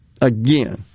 again